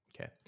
Okay